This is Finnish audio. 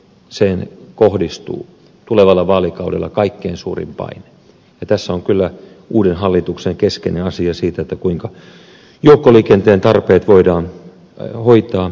joukkoliikenteeseen kohdistuu tulevalla vaalikaudella kaikkein suurin paine ja tässä on kyllä uuden hallituksen keskeinen asia siinä kuinka joukkoliikenteen tarpeet voidaan hoitaa